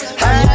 hey